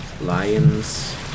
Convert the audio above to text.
Lions